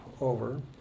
over